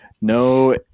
No